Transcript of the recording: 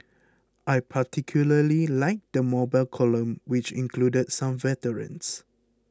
I particularly liked the mobile column which included some veterans